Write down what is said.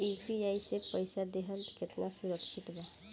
UPI से पईसा देहल केतना सुरक्षित बा?